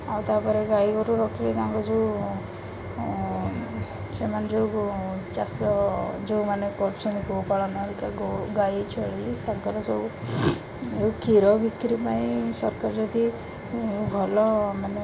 ଆଉ ତା'ପରେ ଗାଈଗୋରୁ ରଖି ତାଙ୍କର ଯେଉଁ ସେମାନେ ଯେଉଁ ଚାଷ ଯେଉଁମାନେ କରୁଛନ୍ତି ଗୋପାଳନ ହରିକା ଗାଈ ଛେଳି ତାଙ୍କର ସବୁ କ୍ଷୀର ବିକ୍ରି ପାଇଁ ସରକାର ଯଦି ଭଲ ମାନେ